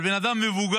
על בן אדם מבוגר